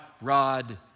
rod